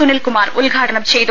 സുനിൽകുമാർ ഉദ്ഘാടനം ചെയ്തു